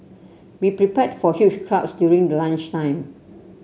be prepared for huge crowds during the lunch time